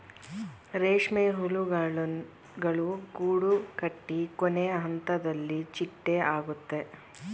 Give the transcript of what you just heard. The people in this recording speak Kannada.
ರೇಷ್ಮೆ ಹುಳುಗಳು ಗೂಡುಕಟ್ಟಿ ಕೊನೆಹಂತದಲ್ಲಿ ಚಿಟ್ಟೆ ಆಗುತ್ತೆ